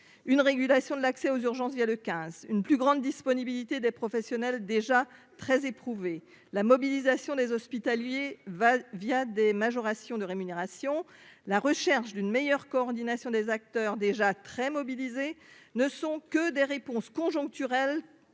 une régulation de l'accès aux urgences, via le quinze, une plus grande disponibilité des professionnels déjà très éprouvée, la mobilisation des hospitaliers va via des majorations de rémunérations, la recherche d'une meilleure coordination des acteurs déjà très mobilisés ne sont que des réponses conjoncturelles